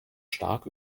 stark